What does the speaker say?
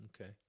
okay